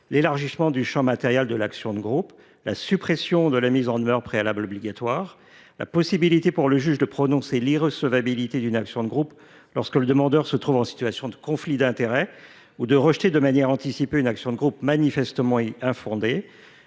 l’élargissement du champ matériel de l’action de groupe ; la suppression de la mise en demeure préalable obligatoire ; la possibilité pour le juge de prononcer l’irrecevabilité d’une action de groupe lorsque le demandeur se trouve en situation de conflit d’intérêts ou de rejeter de manière anticipée une action de groupe manifestement infondée